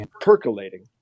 Percolating